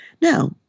Now